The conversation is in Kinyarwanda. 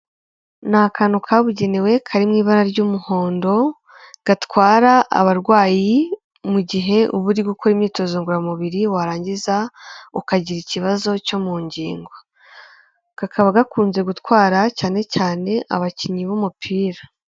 Ni akantu kabugenewe karimo ibara ry'umuhondo, gatwara abarwayi mu gihe uba uri gukora imyitozo ngororamubiri warangiza ukagira ikibazo cyo mu ngingo, kakaba gakunze gutwara cyane cyane abakinnyi b'umupira.